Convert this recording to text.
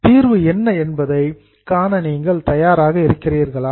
தீர்வு என்ன என்பதை காண நீங்கள் தயாராக இருக்கிறீர்களா